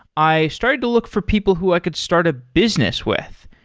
i started to look for people who i could start a business with.